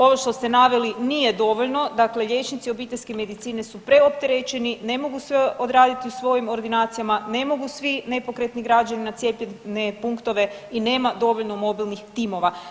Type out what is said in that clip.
Ovo što ste naveli nije dovoljno, dakle liječnici obiteljske medicine su preopreterećeni, ne mogu sve odraditi u svojim ordinacijama, ne mogu svi nepokretni građani na cijepljene punktove i nema dovoljno mobilnih timova.